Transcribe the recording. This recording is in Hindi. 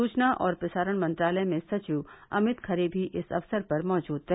सूचना और प्रसारण मंत्रालय में सचिव अमित खरे भी इस अवसर पर मौजूद रहे